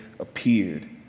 appeared